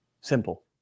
Simple